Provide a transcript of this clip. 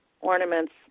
ornaments